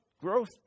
growth